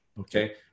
okay